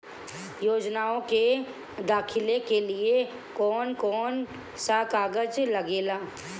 योजनाओ के दाखिले के लिए कौउन कौउन सा कागज लगेला?